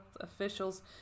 officials